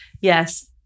Yes